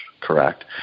correct